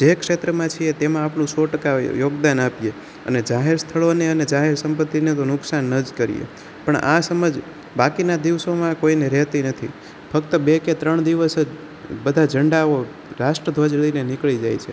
જે ક્ષેત્રમાં છીએ તેમાં આપણું સો ટકા યોગદાન આપીએ અને જાહેર સ્થળોને અને જાહેર સંપત્તિને તો નુકસાન ન જ કરીએ પણ આ સમજ બાકીના દિવસોમાં કોઈને રહેતી નથી ફક્ત બે કે ત્રણ દિવસ જ બધા ઝંડાઓ રાષ્ટ્રધ્વજ લઈને નીકળી જાય છે